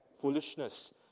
foolishness